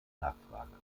nachfrage